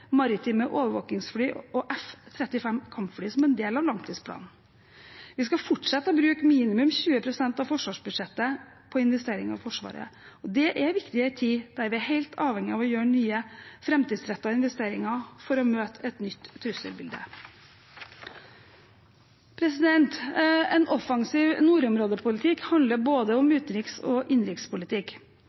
maritime overvåkingsfly og F-35 kampfly som en del av langtidsplanen. Vi skal fortsette å bruke minimum 20 pst. av forsvarsbudsjettet på investeringer i Forsvaret. Det er viktig i en tid da vi er helt avhengige av å gjøre nye, framtidsrettede investeringer for å møte et nytt trusselbilde. En offensiv nordområdepolitikk handler om både utenriks- og innenrikspolitikk.